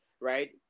right